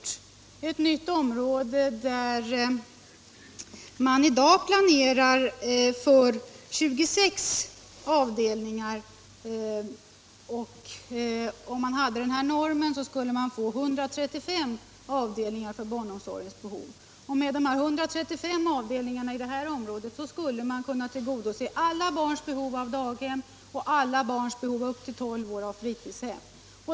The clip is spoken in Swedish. I ett nytt område planerar man i dag för 26 avdelningar. Med denna norm skulle man kunna få 135 avdelningar för barnomsorgens behov. Med 135 avdelningar i detta område skulle man kunna tillgodose alla barns behov av daghem och alla barns upp till 12 år behov av fritidshem.